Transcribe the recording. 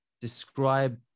describe